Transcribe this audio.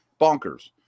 Bonkers